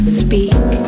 speak